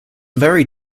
very